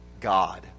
God